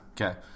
Okay